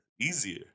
easier